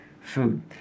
food